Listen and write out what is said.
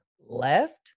left